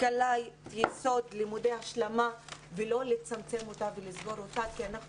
השכלה היא יסוד לימודי השלמה ולא לצמצם אותה ולסגור אותה כי אנחנו